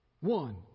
One